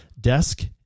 desk